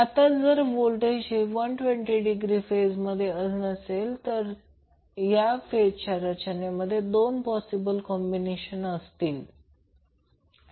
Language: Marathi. आता जर व्होल्टेज हे 120 डिग्री फेजमध्ये नसेल तर या फेजच्या रचनेसाठी 2 पॉसिबल कॉम्बिनेशन असतील